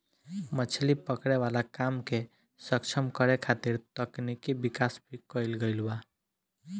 मछली पकड़े वाला काम के सक्षम करे खातिर तकनिकी विकाश भी कईल गईल बा